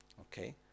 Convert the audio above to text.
okay